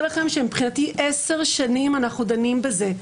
לכם שמבחינתי עשר שנים אנחנו דנים בזה.